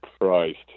christ